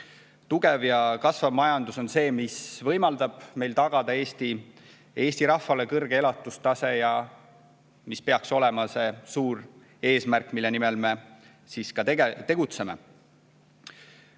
Tugev ja kasvav majandus on see, mis võimaldab meil tagada Eesti rahvale kõrge elatustaseme, see aga peaks olema see suur eesmärk, mille nimel me tegutseme.